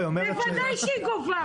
ודאי שהיא גובה.